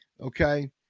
Okay